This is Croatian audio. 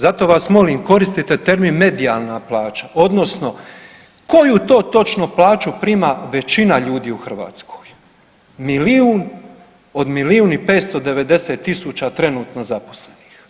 Zato vas molim, koristite termin medijalna plaća odnosno koju to točno plaću prima većina ljudi u Hrvatskoj, milijun od milijun i 590 000 trenutno zaposlenih?